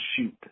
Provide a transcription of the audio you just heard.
shoot